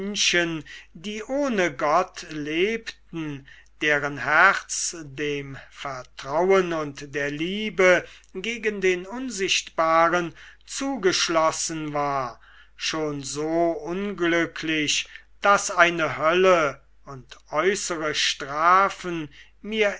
die ohne gott lebten deren herz dem vertrauen und der liebe gegen den unsichtbaren zugeschlossen war schon so unglücklich daß eine hölle und äußere strafen mir